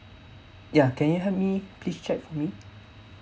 ya can you help me please check for mr